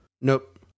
Nope